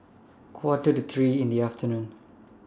Quarter to three in The afternoon